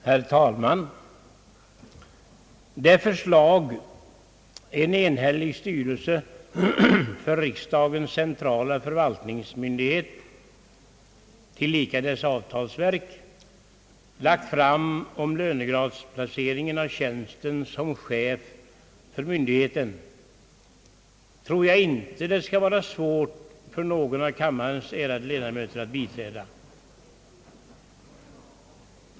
Herr talman! Det förslag som en enhällig styrelse för riksdagens centrala förvaltningsmyndighet, tillika dess avtalsverk, har lagt fram om lönegradsplaceringen av tjänsten som chef för myndigheten tror jag inte det skall vara svårt för någon av kammarens ärade ledamöter att biträda.